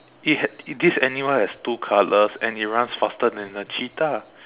it had this animal has two colors and it runs faster than a cheetah